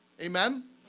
Amen